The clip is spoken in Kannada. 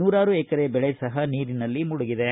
ನೂರಾರು ಎಕರೆ ಬೆಳೆ ಸಹ ನೀರಿನಲ್ಲಿ ಮುಳುಗಿವೆ